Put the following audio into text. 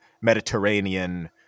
Mediterranean